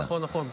נכון, נכון.